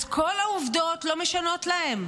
אז כל העובדות לא משנות להם.